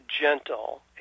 gentle